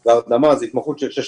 והרדמה זו התמחות של שש שנים.